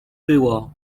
było